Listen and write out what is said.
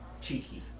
cheeky